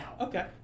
Okay